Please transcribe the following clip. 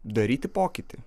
daryti pokytį